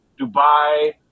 Dubai